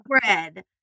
bread